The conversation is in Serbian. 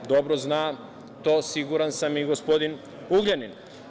Dobro zna to, siguran sam, i gospodin Ugljanin.